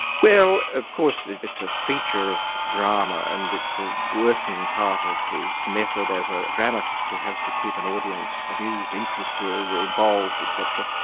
well, of course it's a feature of drama, and it's a working part of his method as a dramatist who has to keep an audience amused, interested, involved et cetera,